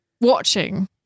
watching